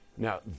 Now